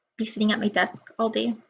be sitting at my desk all day.